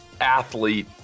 athlete